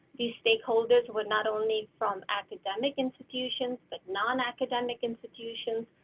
the stakeholders were not only from academic institutions but non academic institutions.